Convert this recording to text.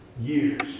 years